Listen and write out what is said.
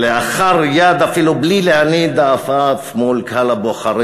כלאחר יד, אפילו בלי להניד עפעף, מול קהל הבוחרים.